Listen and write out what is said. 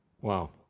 Wow